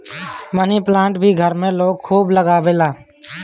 मनी plant भी घर में लोग खूब लगावेला